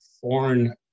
foreign